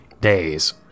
Days